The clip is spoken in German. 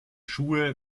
schuhe